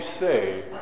say